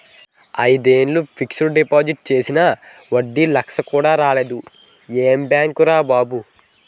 ఐదేళ్ళు fixed deposit చేసినా వడ్డీ లచ్చ కూడా రాలేదు ఏం బాంకురా బాబూ